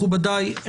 מכובדיי,